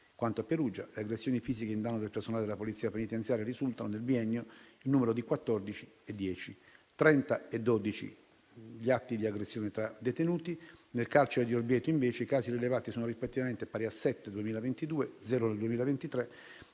di Perugia, le aggressioni fisiche in danno del personale della Polizia penitenziaria risultano, nel biennio, rispettivamente in numero di 14 e 10; 30 e 12 invece gli atti di aggressione tra detenuti; nel carcere di Orvieto, invece, i casi rilevati sono, rispettivamente pari a 7 (anno 2022), zero nel 2023,